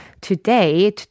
today